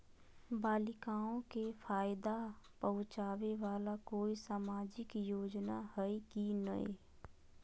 बालिकाओं के फ़ायदा पहुँचाबे वाला कोई सामाजिक योजना हइ की नय?